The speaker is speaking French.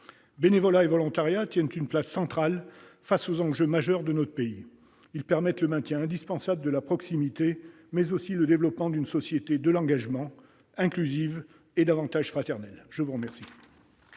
Bénévolat et volontariat tiennent une place centrale face aux enjeux majeurs de notre pays. Ils permettent le maintien indispensable de la proximité, mais aussi le développement d'une société de l'engagement, inclusive et plus fraternelle. La parole